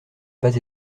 pas